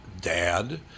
dad